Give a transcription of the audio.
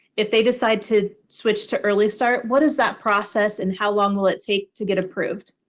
if they decide to switch to early start, what is that process, and how long will it take to get approved?